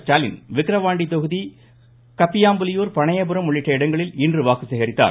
ஸ்டாலின் விக்கிரவாண்டி தொகுதி கப்பியாம்புலியூர் பனையபுரம் உள்ளிட்ட இடங்களில் இன்று வாக்கு சேகரித்தார்